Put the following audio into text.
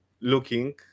looking